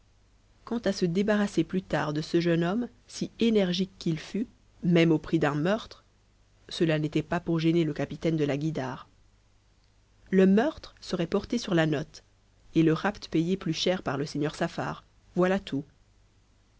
cependant quanta se débarrasser plus tard de ce jeune homme si énergique qu'il fût même au prix d'un meurtre cela n'était pas pour gêner le capitaine de la guïdare le meurtre serait porté sur la note et le rapt payé plus cher par le seigneur saffar voilà tout